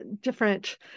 different